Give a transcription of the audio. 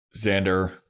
Xander